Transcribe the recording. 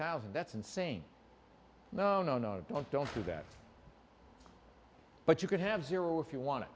thousand that's insane no no no don't don't do that but you could have zero if you wan